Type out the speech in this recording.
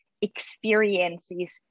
experiences